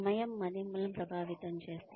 సమయం మదింపులను ప్రభావితం చేస్తుంది